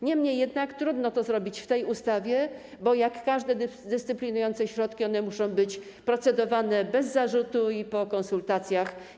Niemniej jednak trudno to zrobić w tej ustawie, bo jak każde dyscyplinujące środki muszą być one procedowane bez zarzutu i po konsultacjach.